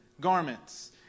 garments